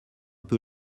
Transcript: peu